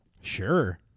Sure